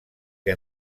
que